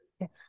yes